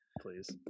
Please